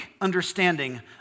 understanding